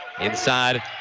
Inside